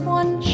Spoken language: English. one